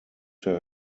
der